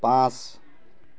পাঁচ